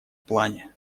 плане